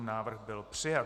Návrh byl přijat.